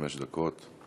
חמש דקות.